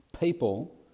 People